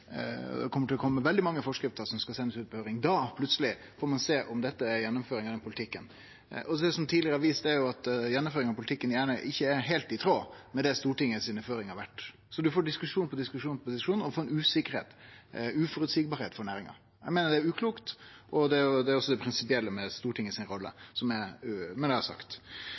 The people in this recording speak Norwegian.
Det kjem til å kome veldig mange forskrifter som skal sendast ut på høyring. Da får ein plutseleg sjå om dette er gjennomføring av den politikken. Det som tidlegare har vist seg, er jo at gjennomføringa av politikken gjerne ikkje er heilt i tråd med det føringane frå Stortinget har vore. Ein får diskusjon på diskusjon på diskusjon, og det blir usikkert og uføreseieleg for næringa. Eg meiner at det er uklokt, og det er også det prinsipielle med Stortingets rolle, men det har eg sagt. Viss eg skal bevege meg inn på det som er